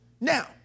Now